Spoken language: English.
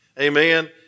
amen